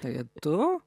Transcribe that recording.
tai tu